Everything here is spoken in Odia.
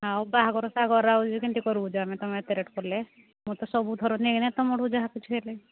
ହଁ ବାହାଘର ସାହାଘର ଆସୁଛି କେମିତି କରୁଛୁ ଯେ ଆମେ ତୁମେ ଏତେ ରେଟ୍ କଲେ ମୁଁ ତ ସବୁଥର ନେଇକି ନା ତୁମଠୁ ଯାହାକିଛି ହେଲେ